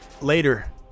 later